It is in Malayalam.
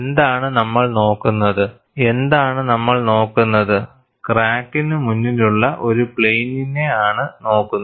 എന്താണ് നമ്മൾ നോക്കുന്നത്ക്രാക്കിന് മുന്നിലുള്ള ഒരു പ്ലെയിനിനെ ആണ് നോക്കുന്നത്